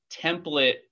template